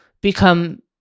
become